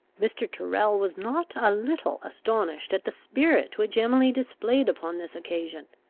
mr. tyrrel was not a little astonished at the spirit which emily displayed upon this occasion.